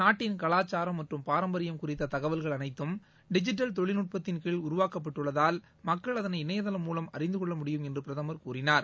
நாட்டின் கலாச்சாரம் மற்றும் பாரம்பரியம் குறித்த தகவல்கள் அனைத்தும் டிஜிட்டல் தொழில்நுட்பத்தின் கீழ் உருவாக்கப்பட்டுள்ளதால் மக்கள் அதனை இணையதளம் மூலம் அறிந்து கொள்ள முடியும் என்று பிரதமர் கூறினார்